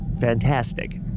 Fantastic